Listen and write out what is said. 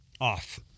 off